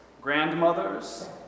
grandmothers